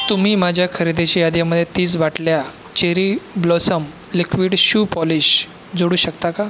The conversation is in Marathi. तुम्ही माझ्या खरेदीच्या यादीमध्ये तीस बाटल्या cherry blossom liquid shoe polish जोडू शकता का